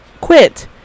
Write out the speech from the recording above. quit